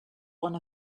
one